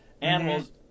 animals